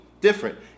different